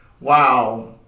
wow